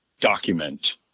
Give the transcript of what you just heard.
document